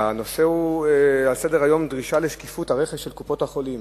הנושא על סדר-היום הוא דרישה לשקיפות הרכש של קופות-החולים,